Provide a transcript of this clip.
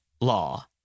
law